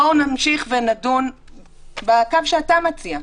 בואו נמשיך ונדון בקו שאתה מציע,